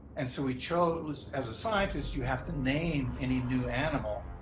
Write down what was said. and so we chose, as a scientist, you have to name any new animal.